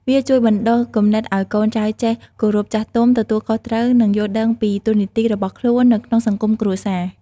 វាជួយបណ្ដុះគំនិតឱ្យកូនចៅចេះ គោរពចាស់ទុំ ទទួលខុសត្រូវ និងយល់ដឹងពីតួនាទី របស់ខ្លួននៅក្នុងសង្គមគ្រួសារ។